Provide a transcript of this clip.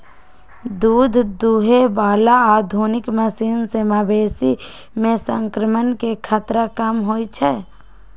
दूध दुहे बला आधुनिक मशीन से मवेशी में संक्रमण के खतरा कम होई छै